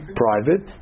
private